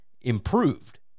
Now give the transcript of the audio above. improved